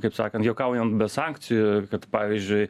kaip sakant juokaujant be sankcijų kad pavyzdžiui